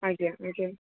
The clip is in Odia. ଆଜ୍ଞା ନିଜେ